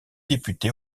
députés